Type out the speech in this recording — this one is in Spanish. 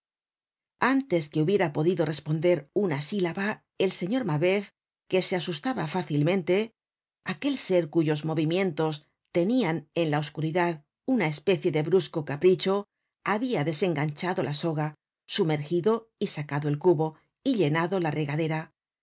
antes que hubiera podido responder una sílaba el señor mabeuf que se asustaba fácilmente aquel ser cuyos movimientos tenian en la oscuridad una especie de brusco capricho habia desenganchado la soga sumergido y sacado el cubo y llenado la regadera